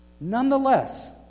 Nonetheless